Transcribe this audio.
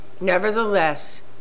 nevertheless